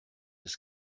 ist